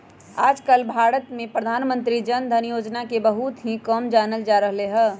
आजकल भारत में प्रधानमंत्री जन धन योजना के बहुत ही कम जानल जा रहले है